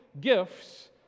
gifts